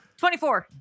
24